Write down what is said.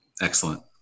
Excellent